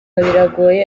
biragoye